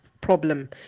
problem